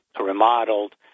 remodeled